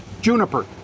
Juniper